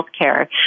healthcare